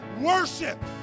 Worship